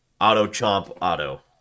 auto-chomp-auto